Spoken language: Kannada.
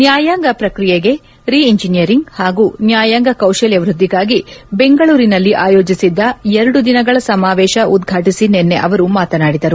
ನ್ಯಾಯಾಂಗ ಪ್ರಕ್ರಿಯೆಗೆ ರಿ ಇಂಜಿನಿಯರಿಂಗ್ ಹಾಗೂ ನ್ಯಾಯಾಂಗ ಕೌಶಲ್ಯ ವೃದ್ಧಿಗಾಗಿ ಬೆಂಗಳೂರಿನಲ್ಲಿ ಆಯೋಜಿಸಿದ್ದ ಎರಡು ದಿನಗಳ ಸಮಾವೇಶ ಉದ್ವಾಟಿಸಿ ನಿನ್ನೆ ಅವರು ಮಾತನಾಡಿದರು